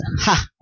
Ha